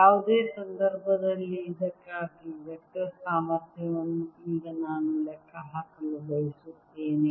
ಯಾವುದೇ ಸಂದರ್ಭದಲ್ಲಿ ಇದಕ್ಕಾಗಿ ವೆಕ್ಟರ್ ಸಾಮರ್ಥ್ಯವನ್ನು ಈಗ ನಾನು ಲೆಕ್ಕಹಾಕಲು ಬಯಸುತ್ತೇನೆ